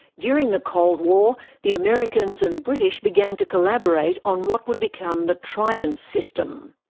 during the cold war, the americans and british began to collaborate on what would become the trident system.